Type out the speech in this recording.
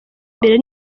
mbere